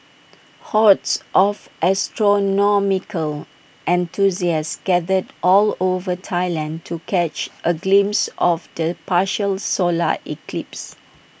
hordes of astronomical enthusiasts gathered all over Thailand to catch A glimpse of the partial solar eclipse